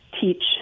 teach